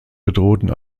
bedrohten